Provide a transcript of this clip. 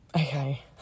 Okay